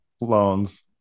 loans